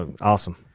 awesome